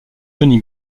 johnny